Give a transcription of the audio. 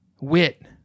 wit